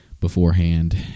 beforehand